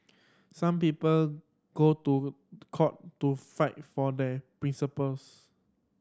some people go to court to fight for their principles